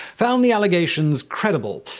found the allegations credible.